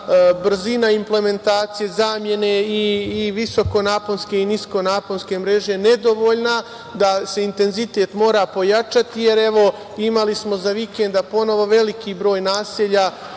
brzina implementacije, zamene i visokonaponske i niskonaponske mreže nedovoljna, da se intenzitet mora pojačati, jer evo, imali smo za vikend ponovo veliki broj naselja